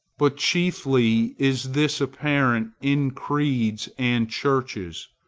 but chiefly is this apparent in creeds and churches,